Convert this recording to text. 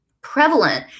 prevalent